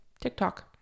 tiktok